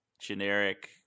generic